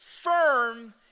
firm